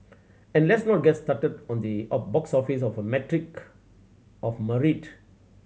and let's not get started on the box office as a metric of merit